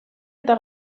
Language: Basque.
eta